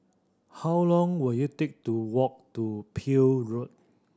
how long will it take to walk to Peel Road